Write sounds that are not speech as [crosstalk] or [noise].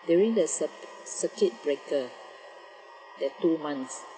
during the [noise] circuit breaker that two months